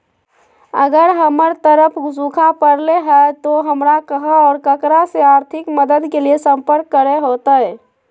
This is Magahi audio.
अगर हमर तरफ सुखा परले है तो, हमरा कहा और ककरा से आर्थिक मदद के लिए सम्पर्क करे होतय?